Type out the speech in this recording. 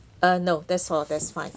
uh no that's all that's fine